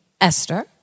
Esther